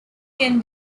can